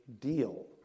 deal